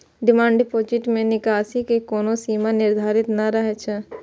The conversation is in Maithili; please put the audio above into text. डिमांड डिपोजिट मे निकासी के कोनो सीमा निर्धारित नै रहै छै